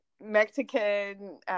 Mexican